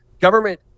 Government